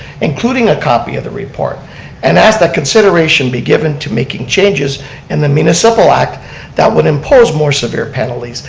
including a copy of the report and ask that consideration be given to making changes in the municipal act that would impose more severe penalties,